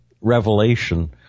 revelation